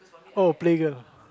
oh play girl